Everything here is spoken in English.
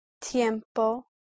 tiempo